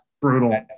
brutal